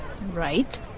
right